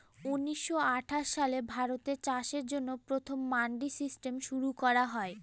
উনিশশো আঠাশ সালে ভারতে চাষের জন্য প্রথম মান্ডি সিস্টেম শুরু করা হয়